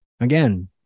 Again